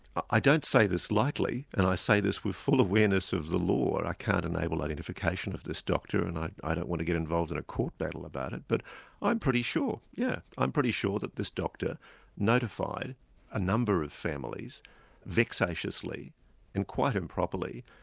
i don't say this lightly, and i say this with full awareness of the law, i can't enable identification of this doctor and i i don't want to get involved in a court battle about it, but i'm pretty sure, yes, yeah i'm pretty sure that this doctor notified a number of families vexatiously and quite improperly,